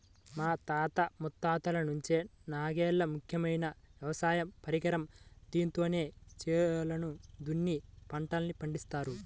మా తాత ముత్తాతల నుంచి నాగలే ముఖ్యమైన వ్యవసాయ పరికరం, దీంతోనే చేలను దున్ని పంటల్ని పండిత్తారు